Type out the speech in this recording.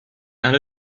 and